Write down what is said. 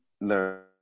learn